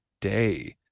day